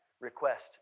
request